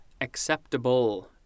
acceptable